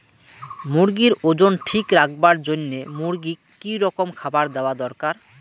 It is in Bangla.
মুরগির ওজন ঠিক রাখবার জইন্যে মূর্গিক কি রকম খাবার দেওয়া দরকার?